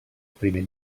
primer